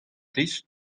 plij